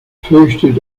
fürchtet